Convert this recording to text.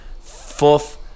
Fourth